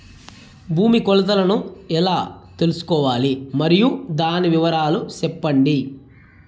భూమి కొలతలను ఎలా తెల్సుకోవాలి? మరియు దాని వివరాలు సెప్పండి?